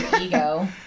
ego